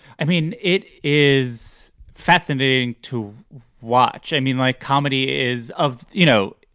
i mean, it is fascinating to watch. i mean, like comedy is of, you know,